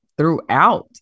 Throughout